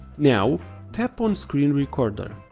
now tap on screen recorder.